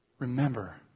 Remember